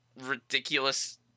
ridiculous